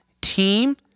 team